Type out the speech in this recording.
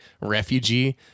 refugee